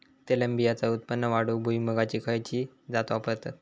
तेलबियांचा उत्पन्न वाढवूक भुईमूगाची खयची जात वापरतत?